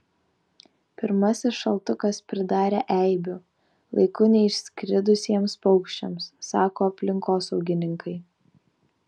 pirmasis šaltukas pridarė eibių laiku neišskridusiems paukščiams sako aplinkosaugininkai